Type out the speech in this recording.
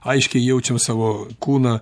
aiškiai jaučiam savo kūną